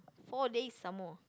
four day some more